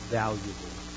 valuable